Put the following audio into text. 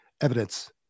evidence